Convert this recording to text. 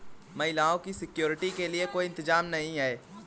महिलाओं की सिक्योरिटी के लिए कोई इंतजाम नहीं है